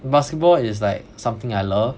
basketball is like something I love